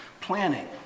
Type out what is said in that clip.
planning